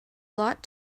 lot